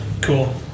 Cool